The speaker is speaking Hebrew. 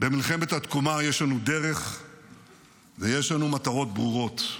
במלחמת התקומה יש לנו דרך ויש לנו מטרות ברורות.